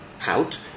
out